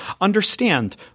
Understand